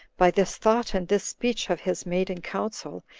by this thought, and this speech of his made in council,